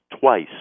twice